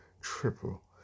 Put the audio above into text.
triple